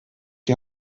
die